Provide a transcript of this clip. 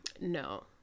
No